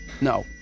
No